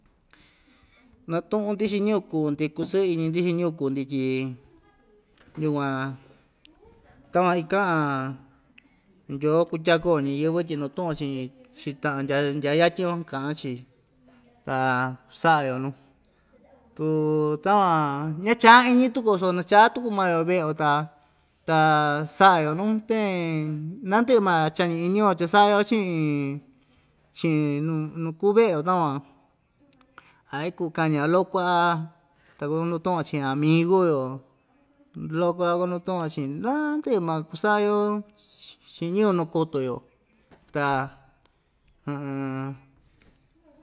Natu'un‑ndi chi'in ñɨvɨ kuu‑ndi kusɨɨ iñi‑ndi chi'in ñɨvɨ kuu‑ndi tyi yukuan takuan ika'an ndyoo kutyakuo ñiyɨ́vɨ tyi nutu'un‑yo chi'in chi'in ta'a ndya ndyatyin‑yo ka'an‑chi ta sa'a‑yo nu tu takuan ñacha'an iñi tuku‑yo so nachá tuku maa‑yo ve'e‑yo ta ta sa'a‑yo nuu teen nandɨ'ɨ maa chañi iñi‑yo cha‑sa'a‑yo chi'in chi'in nu nu kuu ve'e‑yo takuan a ikuu kaña‑yo lo'o ku'va ta kunutu'un‑yo chi'in amigu‑yo lo'o ku'a kunatu'un‑yo chi'in naa ndɨ'ɨ ma kusa'a‑yo chi'in ñɨvɨ nukoto‑yo ta.